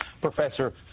Professor